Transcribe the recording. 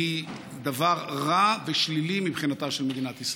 והיא דבר רע ושלילי מבחינתה של מדינת ישראל.